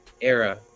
era